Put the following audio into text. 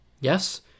Yes